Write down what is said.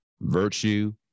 virtue